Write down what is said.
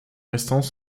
restants